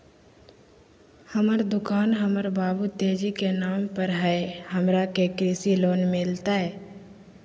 हमर दुकान हमर बाबु तेजी के नाम पर हई, हमरा के कृषि लोन मिलतई?